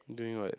doing what